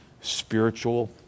spiritual